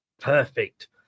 perfect